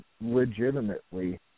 legitimately